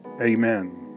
amen